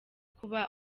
kuba